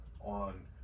on